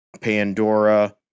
Pandora